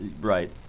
Right